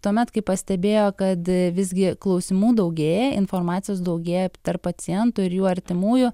tuomet kai pastebėjo kad visgi klausimų daugėja informacijos daugėja tarp paciento ir jų artimųjų